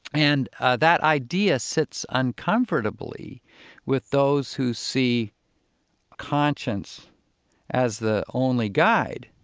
and that idea sits uncomfortably with those who see conscience as the only guide.